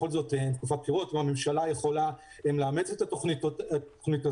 בכל זאת מדובר בתקופת בחירות והממשלה יכולה לאמץ את התוכנית הזאת.